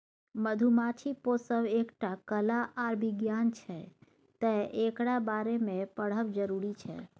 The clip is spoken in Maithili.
मधुमाछी पोसब एकटा कला आर बिज्ञान छै तैं एकरा बारे मे पढ़ब जरुरी छै